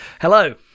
Hello